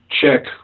check